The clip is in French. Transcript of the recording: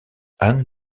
anne